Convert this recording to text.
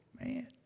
man